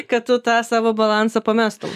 kad tu tą savo balansą pamestum